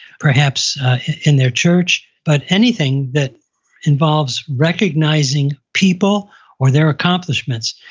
perhaps in their church. but anything that involves recognizing people or their accomplishments,